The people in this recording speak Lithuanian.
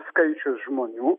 skaičius žmonių